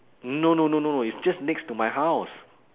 no no no no it's just next to my house